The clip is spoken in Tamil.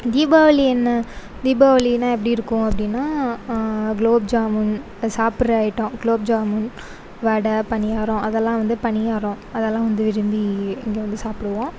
தீபாவளி என்ன தீபாவளின்னா எப்டியிருக்கும் அப்படினா குலோப் ஜாமுன் சாப்புட்ற ஐட்டோம் குலோப் ஜாமுன் வடை பணியாரம் அதல்லாம் வந்து பணியாரம் அதல்லாம் வந்து விரும்பி இங்கே வந்து சாப்பிடுவோம்